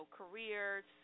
careers